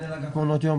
מנהל אגף מעונות יום.